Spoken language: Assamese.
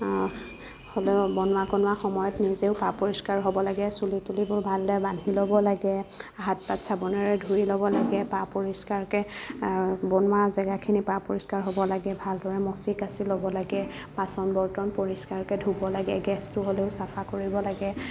হ'লেও বনোৱা কনোৱা সময়ত নিজেও পা পৰিষ্কাৰ হ'ব লাগে চুলি তুলিবোৰ ভালদৰে বান্ধি ল'ব লাগে হাত পাত চাবোনেৰে ধুই ল'ব লাগে পা পৰিষ্কাৰকৈ বনোৱা জেগাখিনি পা পৰিষ্কাৰ হ'ব লাগে ভালদৰে মচি কাচি ল'ব লাগে বাচন বৰ্তন পৰিষ্কাৰকৈ ধুব লাগে গেছটো হলেও চাফা কৰিব লাগে